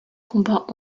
combats